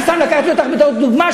אני סתם לקחתי אותך בתור דוגמה,